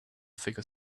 figure